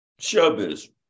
Showbiz